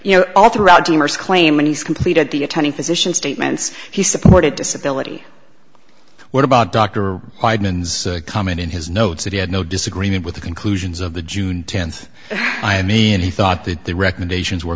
you know all throughout demers claim when he's completed the attending physician statements he supported disability what about doctor coming in his notes that he had no disagreement with the conclusions of the june tenth i mean he thought that the recommendations were